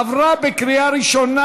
עברה בקריאה ראשונה,